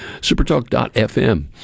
Supertalk.fm